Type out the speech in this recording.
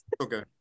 Okay